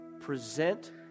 present